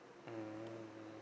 mmhmm